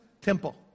Temple